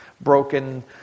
broken